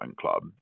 club